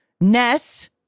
Ness